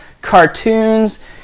cartoons